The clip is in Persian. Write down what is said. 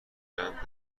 باشند